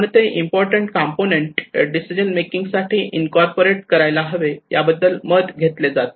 कोणते important component decision making साठी incorporate करायला हवे याबद्दल मत घेतले जाते